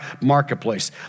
marketplace